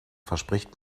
verspricht